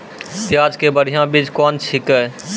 प्याज के बढ़िया बीज कौन छिकै?